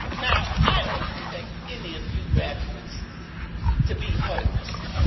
now i don't expect any of you graduates to be hosed.